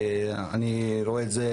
אני רואה את זה,